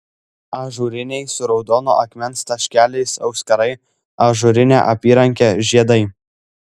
ažūriniai su raudono akmens taškeliais auskarai ažūrinė apyrankė žiedai